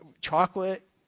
chocolate